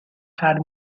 had